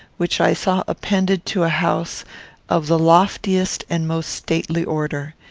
which i saw appended to a house of the loftiest and most stately order.